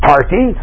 Party